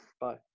Bye